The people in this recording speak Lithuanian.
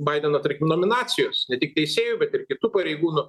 baideno tarkim nominacijų ne tik teisėjų bet ir kitų pareigūnų